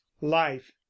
life